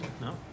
no